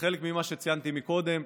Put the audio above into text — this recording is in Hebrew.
כחלק ממה שציינתי מקודם,